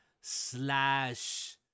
slash